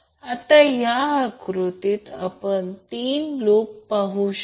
आता या आकृतीत आपण 3 लूप पाहू शकता